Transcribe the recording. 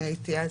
אני הייתי אז.